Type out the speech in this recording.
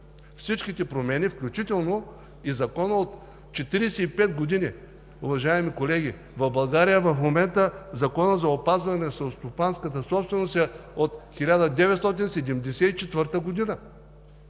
Всичките промени, включително и Законът от 45 години, уважаеми колеги… В България в момента Законът за опазване на селскостопанската собственост е от 1974 г.